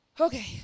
Okay